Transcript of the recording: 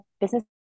business